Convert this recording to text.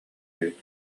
эбит